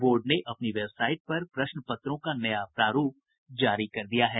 board ने अपनी website पर प्रश्न पत्रों का नया प्रारूप जारी कर दिया है